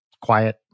quiet